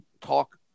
talk